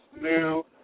new